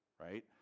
right